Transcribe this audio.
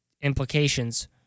implications